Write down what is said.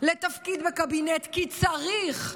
לתפקיד בקבינט כי צריך,